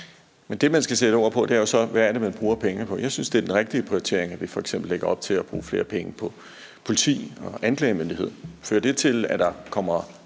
(S): Det, man skal sætte ord på, er jo så, hvad det er, man bruger pengene på. Jeg synes, det er den rigtige prioritering, at vi f.eks. lægger op til at bruge flere penge på politi og anklagemyndighed. Fører det til, at der kommer